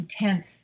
intense